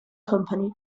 company